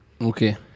Okay